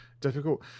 difficult